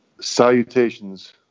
Salutations